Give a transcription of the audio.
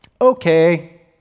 okay